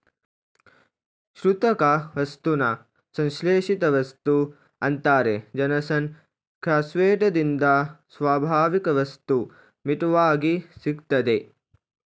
ಕೃತಕ ವಸ್ತುನ ಸಂಶ್ಲೇಷಿತವಸ್ತು ಅಂತಾರೆ ಜನಸಂಖ್ಯೆಸ್ಪೋಟದಿಂದ ಸ್ವಾಭಾವಿಕವಸ್ತು ಮಿತ್ವಾಗಿ ಸಿಗ್ತದೆ